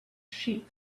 sheep